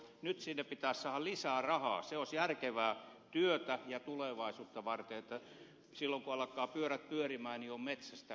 nyt sinne pitäisi saada lisää rahaa se olisi järkevää työtä myös tulevaisuutta varten että silloin kun alkaa pyörät pyöriä niin on metsästä mitä ottaa